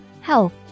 health